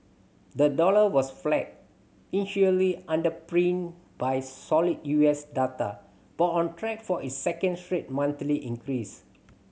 the dollar was flat initially underpinned by solid U S data but on track for its second straight monthly increase